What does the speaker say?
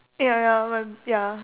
eh ya ya oh my ya